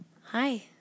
Hi